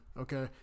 Okay